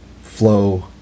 flow